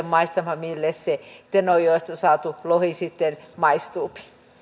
maistamaan mille se tenojoesta saatu lohi maistuu